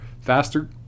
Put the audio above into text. faster